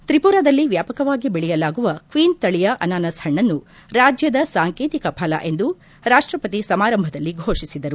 ತ್ರಿಪುರದಲ್ಲಿ ವ್ಯಾಪಕವಾಗಿ ಬೆಳೆಯಲಾಗುವ ಕ್ಷೀನ್ ತಳಿಯ ಅನಾನಸ್ ಹಣ್ಣನ್ನು ರಾಜ್ಯದ ಸಾಂಕೇತಿಕ ಫಲ ಎಂದು ರಾಷ್ಟ್ವಪತಿ ಸಮಾರಂಭದಲ್ಲಿ ಘೋಷಿಸಿದರು